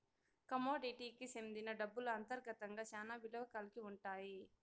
కమోడిటీకి సెందిన డబ్బులు అంతర్గతంగా శ్యానా విలువ కల్గి ఉంటాయి